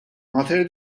mater